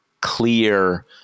clear